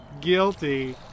Guilty